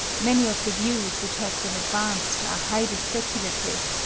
many of the views which have been advanced are highly speculative,